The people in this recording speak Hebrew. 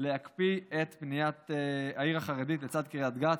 להקפיא את בניית העיר החרדית לצד קריית גת.